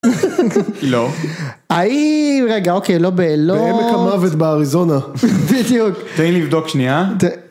לא, האם רגע, אוקיי לא, בעמק המוות באריזונה. תן לי לבדוק שניה.